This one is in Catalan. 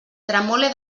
tremole